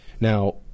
Now